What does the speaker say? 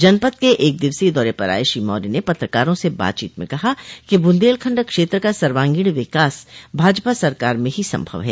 जनपद के एक दिवसीय दौरे पर आये श्री मौर्य ने पत्रकारों से बातचीत में कहा कि बुंदेलखंड क्षेत्र का सर्वांगीण विकास भाजपा सरकार में हो संभव है